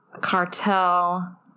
Cartel